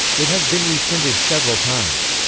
it has been reprinted several times.